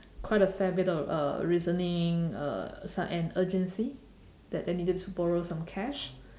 quite a fair bit of uh reasoning uh some and urgency that they needed to borrow some cash